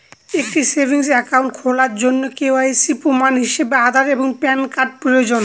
একটি savings account খোলার জন্য কে.ওয়াই.সি প্রমাণ হিসাবে আধার এবং প্যান কার্ড প্রয়োজন